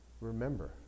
Remember